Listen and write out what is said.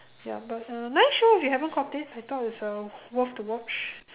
ya but uh nice show if you haven't caught it I thought it's uh worth to watch